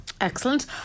Excellent